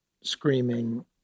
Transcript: screaming